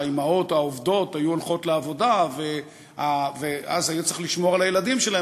שהאימהות העובדות היו הולכות לעבודה ואז היה צריך לשמור על הילדים שלהן.